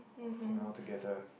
thing altogether